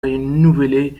renouveler